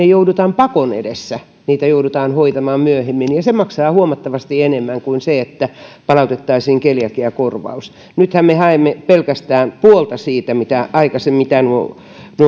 joudutaan pakon edessä hoitamaan myöhemmin ja se maksaa huomattavasti enemmän kuin se että palautettaisiin keliakiakorvaus nythän me haemme pelkästään puolta siitä mitä nuo